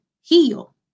heal